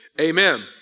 Amen